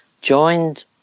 joined